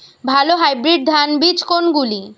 ভালো হাইব্রিড ধান বীজ কোনগুলি?